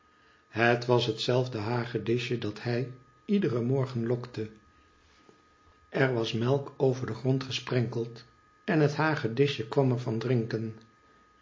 het was het zelfde hagedisje dat hij iederen morgen lokte er was melk over den grond gesprenkeld en het hagedisje kwam er van drinken